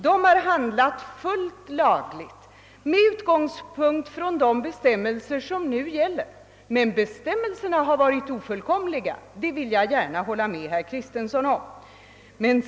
De har ju handlat fullt lagligt med utgångspunkt från gällande bestämmelser. Men bestämmelserna har varit ofullkomliga, det vill jag gärna hålla med herr Kristenson om.